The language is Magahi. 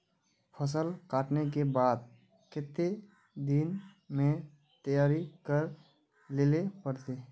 फसल कांटे के बाद कते दिन में तैयारी कर लेले पड़ते?